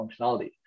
functionality